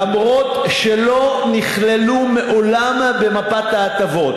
למרות שהם לא נכללו מעולם במפת ההטבות.